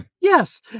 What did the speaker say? Yes